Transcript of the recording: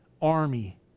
Army